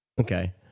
Okay